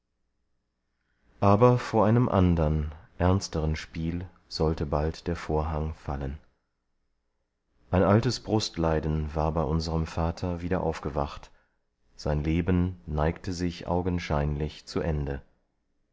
aber vor einem andern ernsteren spiel sollte bald der vorhang fallen ein altes brustleiden war bei unserem vater wieder aufgewacht sein leben neigte sich augenscheinlich zu ende